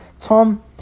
Tom